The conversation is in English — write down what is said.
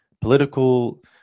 political